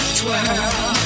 twirl